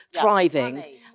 thriving